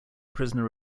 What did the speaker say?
prisoner